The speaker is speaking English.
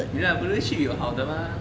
有啦 potato chip 有好的吗